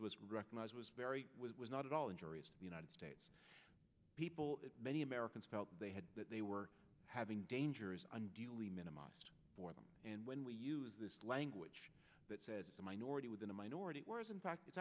of us recognize was very not at all injurious the united states people many americans felt they had that they were having dangerous unduly minimized for them and when we use this language that says a minority within a minority whereas in fact it's